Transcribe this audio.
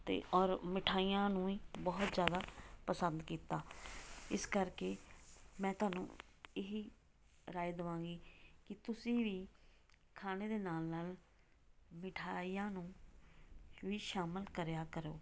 ਅਤੇ ਔਰ ਮਿਠਾਈਆਂ ਨੂੰ ਵੀ ਬਹੁਤ ਜ਼ਿਆਦਾ ਪਸੰਦ ਕੀਤਾ ਇਸ ਕਰਕੇ ਮੈਂ ਤੁਹਾਨੂੰ ਇਹ ਰਾਏ ਦੇਵਾਂਗੀ ਕਿ ਤੁਸੀਂ ਵੀ ਖਾਣੇ ਦੇ ਨਾਲ ਨਾਲ ਮਿਠਾਈਆਂ ਨੂੰ ਵੀ ਸ਼ਾਮਿਲ ਕਰਿਆ ਕਰੋ